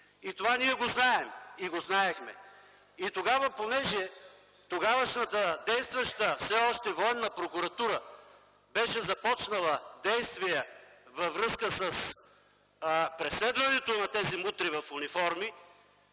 Това ние го знаем и го знаехме. Тогава, понеже тогавашната, действаща все още, Военна прокуратура беше започнала действия във връзка с преследването на тези мутри в униформи,